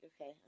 okay